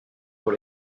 pour